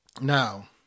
Now